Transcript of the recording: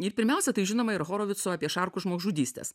ir pirmiausia tai žinoma ir horovitso apie šarkų žmogžudystes